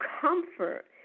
comfort